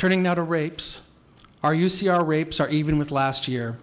turning now to rapes are you see are rapes are even with last year